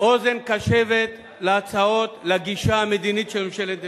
אוזן קשבת להצעות ולגישה המדינית של ממשלת נתניהו.